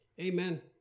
Amen